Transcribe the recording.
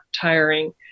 tiring